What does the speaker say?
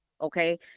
okay